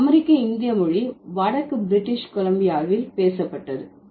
இந்த அமெரிக்க இந்திய மொழி வடக்கு பிரிட்டிஷ் கொலம்பியாவில் பேசப்பட்டது